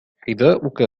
حذاءك